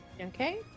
Okay